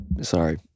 sorry